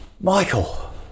Michael